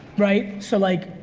right? so like,